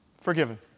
forgiven